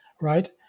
right